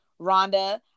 Rhonda